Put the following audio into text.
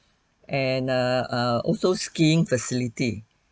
and err err also skiing facility